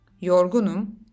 Yorgunum